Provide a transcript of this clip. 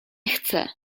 chcę